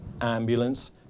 ambulance